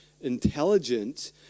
intelligent